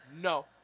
no